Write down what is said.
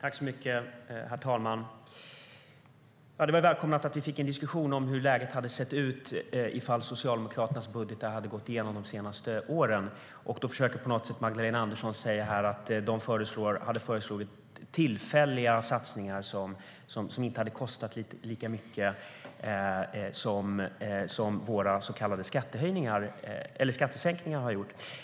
Herr talman! Det var välkommet att vi fick en diskussion om hur läget hade sett ut om Socialdemokraternas budgetar hade gått igenom under de senaste åren. Det Magdalena Andersson försökte säga var att de föreslog tillfälliga satsningar som inte hade kostat lika mycket som våra så kallade skattesänkningar gjort.